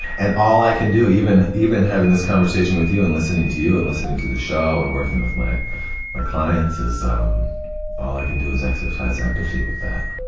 and all i can do, even even having this conversation with you and listening to you and listening to the show and working with my my clients, um all i can do is exercise empathy with that,